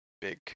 big